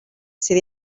sydd